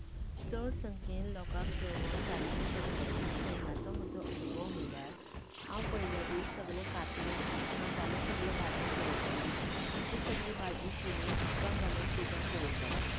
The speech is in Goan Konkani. चड सामकें लोकांक जेवण रांदचे पडटले तेन्नाचो म्हजो अनुभव म्हळ्यार हांव पयल्या दीस सगळे कांतून मसालो सगलो भाजून दवरतले तशेंच सगलीं भाजी शिनून उदकांत घालून फ्रिजांत दवरतलें